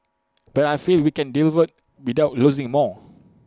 but I feel we can develop without losing more